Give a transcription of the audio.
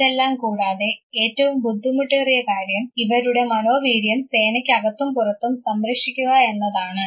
ഇതെല്ലാം കൂടാതെ ഏറ്റവും ബുദ്ധിമുട്ടേറിയ കാര്യം ഇവരുടെ മനോവീര്യം സേനയ്ക്ക് അകത്തും പുറത്തും സംരക്ഷിക്കുക എന്നതാണ്